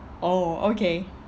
oh okay